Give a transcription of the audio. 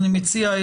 אני מציע,